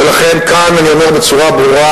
ולכן כאן אני אומר בצורה ברורה,